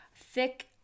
Thick